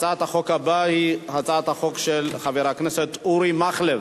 הצעת החוק הבאה היא הצעת חוק של חבר הכנסת אורי מקלב.